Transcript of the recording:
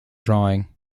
drawing